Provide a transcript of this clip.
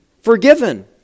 forgiven